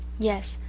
yes,